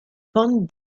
pentes